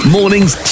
Morning's